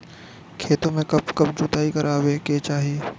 खेतो में कब कब जुताई करावे के चाहि?